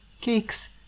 cakes